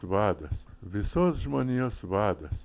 vadas visos žmonijos vadas